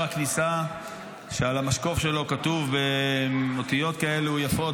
הכניסה שעל המשקוף שלו כתוב באותיות כאלה יפות,